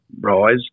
rise